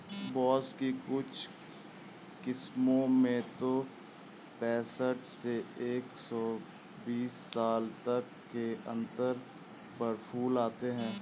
बाँस की कुछ किस्मों में तो पैंसठ से एक सौ बीस साल तक के अंतर पर फूल आते हैं